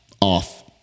off